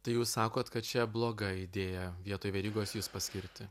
tai jūs sakot kad čia bloga idėja vietoj verygos jus paskirti